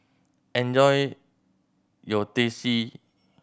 enjoy your Teh C